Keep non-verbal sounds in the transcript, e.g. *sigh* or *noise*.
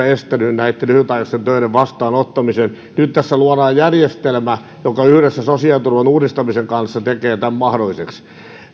*unintelligible* estänyt ly hytaikaisten töiden vastaanottamisen nyt tässä luodaan järjestelmä joka yhdessä sosiaaliturvan uudistamisen kanssa tekee tämän mahdolliseksi